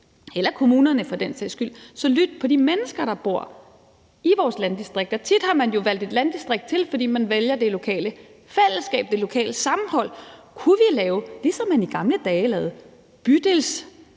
eller for den sags skyld kommunerne. Tit har man jo valgt et landdistrikt til, fordi man vælger det lokale fællesskab og det lokale sammenhold. Kunne vi, ligesom man i gamle dage lavede bydelsråd